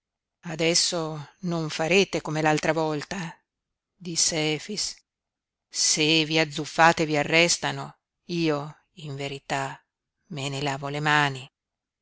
adesso non farete come l'altra volta disse efix se vi azzuffate e vi arrestano io in verità me ne lavo le mani